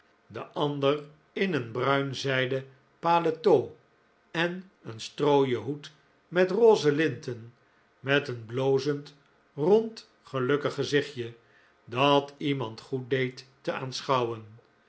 de andere in een bruin zijden paletot en een strooien hoed met rose linten met een blozend rond gelukkig gezichtje dat iemand goed deed te aanschouwen